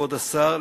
כבוד השר,